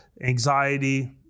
anxiety